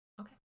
Okay